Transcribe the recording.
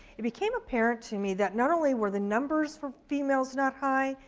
it became apparent to me that not only were the numbers for females not high,